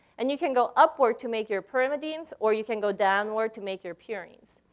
and you can go upward to make your pyrimidines or you can go downward to make your purines.